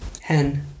Hen